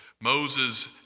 Moses